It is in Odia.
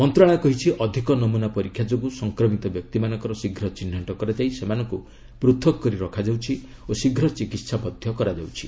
ମନ୍ତ୍ରଣାଳୟ କହିଛି ଅଧିକ ନମୁନା ପରୀକ୍ଷା ଯୋଗୁଁ ସଂକ୍ରମିତ ବ୍ୟକ୍ତିମାନଙ୍କର ଶୀଘ୍ର ଚିହ୍ନଟ କରାଯାଇ ସେମାନଙ୍କୁ ପୃଥକ୍ କରି ରଖାଯାଉଛି ଓ ଶୀଘ୍ର ଚିକିହା ମଧ୍ୟ କରାଯାଉଛି